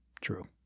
True